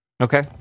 okay